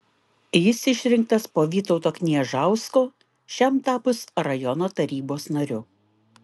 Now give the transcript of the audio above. jis išrinktas po vytauto kniežausko šiam tapus rajono tarybos nariu